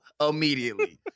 immediately